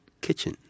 Kitchen